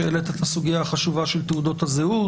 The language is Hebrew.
שהעלית את הסוגייה החשובה של תעודות הזהות,